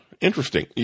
interesting